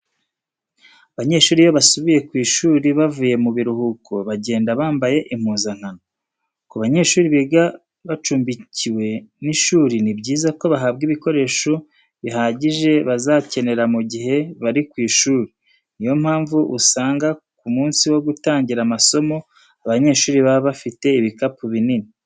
Abanyeshuri iyo basubiye ku ishuri bavuye mu biruhuko, bagenda bambaye impuzankano. Ku banyeshuri biga bacumbikiwe n'ishuri ni byiza ko bahabwa ibikoresho bihagije bazakenera mu gihe bari ku ishuri, niyo mpamvu usanga ku munsi wo gutangira amasomo abanyeshuri baba bafite ibikapu binini.